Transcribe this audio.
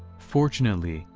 fortunately,